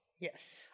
Yes